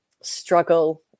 struggle